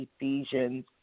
Ephesians